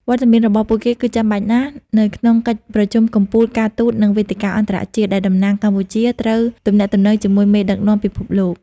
វត្តមានរបស់ពួកគេគឺចាំបាច់ណាស់នៅក្នុងកិច្ចប្រជុំកំពូល ការទូត និងវេទិកាអន្តរជាតិ ដែលតំណាងកម្ពុជាត្រូវទំនាក់ទំនងជាមួយមេដឹកនាំពិភពលោក។